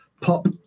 pop